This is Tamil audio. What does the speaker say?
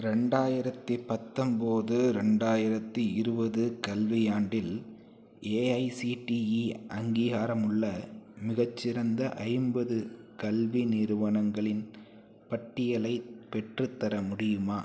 ரெண்டாயிரத்தி பத்தொம்பது ரெண்டாயிரத்தி இருபது கல்வியாண்டில் ஏஐசிடிஇ அங்கீகாரமுள்ள மிகச்சிறந்த ஐம்பது கல்வி நிறுவனங்களின் பட்டியலை பெற்றுத்தர முடியுமா